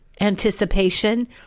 anticipation